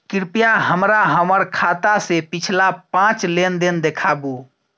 कृपया हमरा हमर खाता से पिछला पांच लेन देन देखाबु